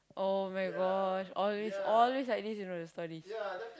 [oh]-my-gosh always always like this you know the story